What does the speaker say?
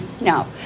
No